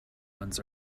ones